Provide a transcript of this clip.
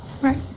Right